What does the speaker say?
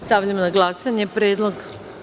Stavljam na glasanje predlog.